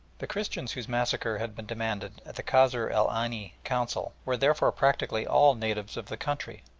the christians whose massacre had been demanded at the kasr el aini council were therefore practically all natives of the country,